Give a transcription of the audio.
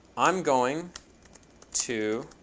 i'm going to